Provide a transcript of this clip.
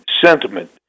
sentiment